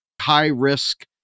high-risk